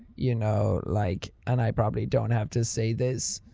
you know, like, and i probably don't have to say this.